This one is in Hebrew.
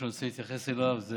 שאני רוצה להתייחס אליו זה